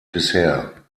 bisher